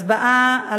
הצבעה.